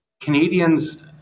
Canadians